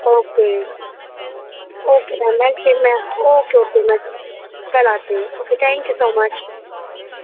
okay okay ma'am میں پھر میں اوکے اوکے میں کل آتی ہوں okay thank you so much